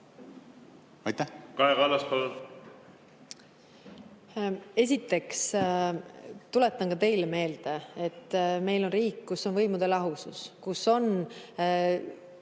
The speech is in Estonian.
Esiteks, tuletan ka teile meelde, et meil on riik, kus on võimude lahusus, kus on